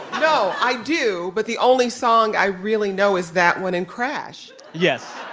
no, i do. but the only song i really know is that one in crash. yes,